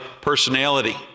personality